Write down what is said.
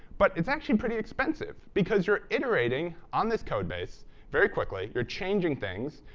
but it's actually pretty expensive because you're iterating on this code base very quickly. you're changing things.